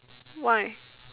why